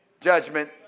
Judgment